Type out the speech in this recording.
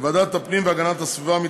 בוועדת הפנים והגנת הסביבה,